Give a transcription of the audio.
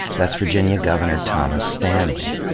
that's virginia governor thomas stanley.